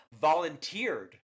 volunteered